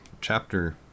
chapter